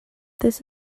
this